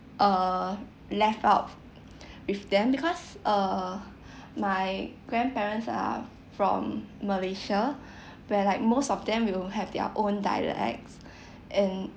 uh left out with them because uh my grandparents are from malaysia where like most of them will have their own dialects and